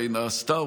הרי נעשתה,